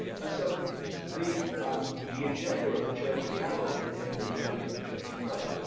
and so the um the agenda of the church of babylon, became the agenda of the church of rome.